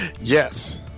Yes